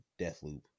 Deathloop